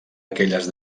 aquelles